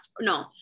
no